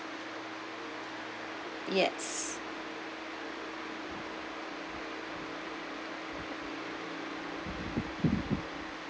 yes